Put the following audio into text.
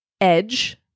edge